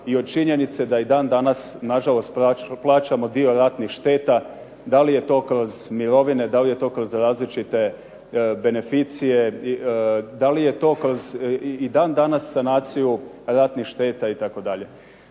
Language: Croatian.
i o činjenici da i dan danas nažalost plaćamo dio ratnih šteta. Da li je to kroz mirovine, da li je to kroz različite beneficije, da li je to kroz i dan danas sanaciju ratnih šteta itd.